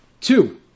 Two